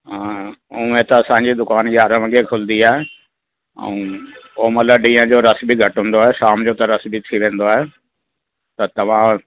उहे त असांजी दुकान यारहां बजे खुलंदी आहे ऐं ओ महिल ॾींहं जो रश बि घटि हूंदो आहे शाम जो त रश बि थी वेंदो ई आहे तव्हां